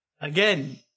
Again